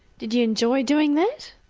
did you enjoy doing that?